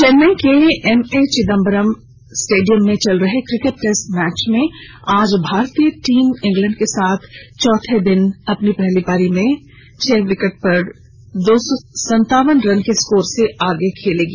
चेन्नई के MA Chidambaram stadium में चल रहे क्रिकेट टेस्ट मैच में आज भारतीय टीम इंग्लैंड के साथ चौथे दिन अपनी पहली पारी में कल के छह विकेट पर दो सौ संतावन रन के स्कोर से आगे खेलेगी